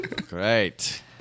great